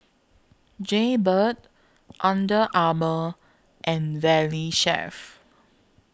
Jaybird Under Armour and Valley Chef